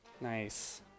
Nice